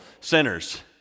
sinners